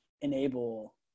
enable